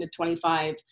25